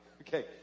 okay